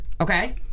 okay